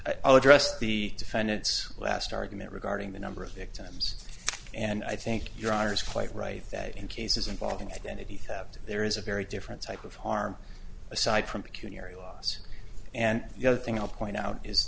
address the defendant's last argument regarding the number of victims and i think your honour's quite right that in cases involving identity theft there is a very different type of harm aside from acute area loss and the other thing i'll point out is